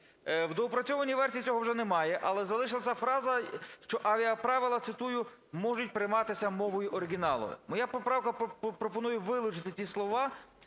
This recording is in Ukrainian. В доопрацьованій версії цього вже немає, але залишилась фраза, що авіаправила, цитую: "можуть прийматися мовою оригіналу". Моя поправка пропонує вилучити ці слова,